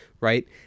right